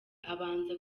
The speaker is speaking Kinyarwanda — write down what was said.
abanza